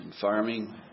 farming